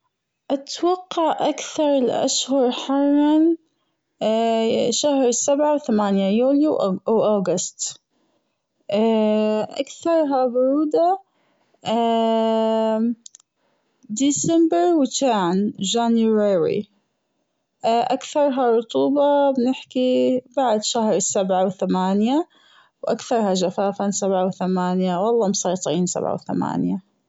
أتوقع أكثر شهر حرا شهر سبعة وثمانية يوليو وأوجوست أكثرها برودة ديسمبر وجان January أكثرها رطوبة بنحكي بعد شهر سبعة وثمانية وأكثرها جفافا سبعة وثمانية والله مسيطرين سبعة وثمانية.